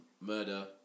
murder